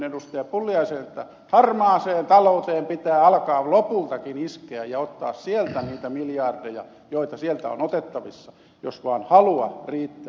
pulliaiseen että harmaaseen talouteen pitää alkaa lopultakin iskeä ja ottaa sieltä niitä miljardeja joita sieltä on otettavissa jos vaan halua riittää